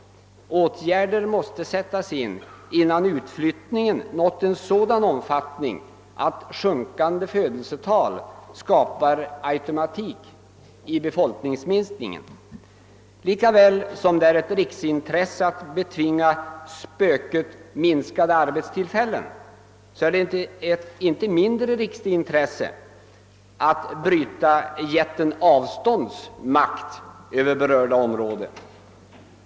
Åtgärder måste sättas in innan utflyttningen nått en sådan omfattning, att sjunkande födelsetal skapar automatik i befolkningsminskningen. Lika väl som det är ett riksintresse att betvinga spöket »Minskade arbetstillfällen» är det ett riksintresse — och inte ett mindre sådant — att bryta jätten »Avstånds» makt över berörda område.